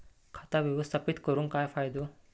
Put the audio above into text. खाता व्यवस्थापित करून काय फायदो?